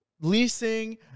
leasing